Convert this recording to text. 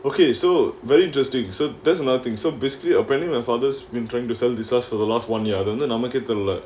okay so very interesting so that's another thing so basically apparently my father's been trying to sell this house for the last one year அது வந்து நமக்கே தெரில:athu vanthu namakkae therila